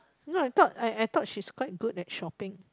no I thought I I thought she is quite at shopping